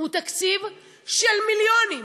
הוא תקציב של מיליארדים.